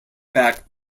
back